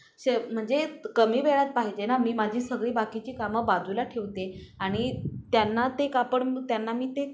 शे म्हणजे कमी वेळात पाहिजे ना मी माझी सगळी बाकीची कामं बाजूला ठेवते आणि त्यांना ते कापड त्यांना मी ते